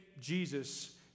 Jesus